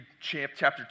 chapter